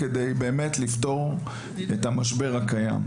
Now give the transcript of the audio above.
כדי לפתור באמת את המשבר הקיים.